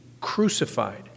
crucified